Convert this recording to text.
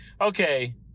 Okay